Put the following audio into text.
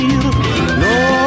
no